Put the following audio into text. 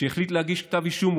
שהחליט להגיש כתב אישום,